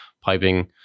piping